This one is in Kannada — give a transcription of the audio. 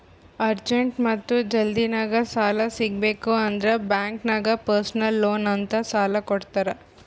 ಅರ್ಜೆಂಟ್ ಮತ್ತ ಜಲ್ದಿನಾಗ್ ಸಾಲ ಸಿಗಬೇಕ್ ಅಂದುರ್ ಬ್ಯಾಂಕ್ ನಾಗ್ ಪರ್ಸನಲ್ ಲೋನ್ ಅಂತ್ ಸಾಲಾ ಕೊಡ್ತಾರ್